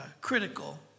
critical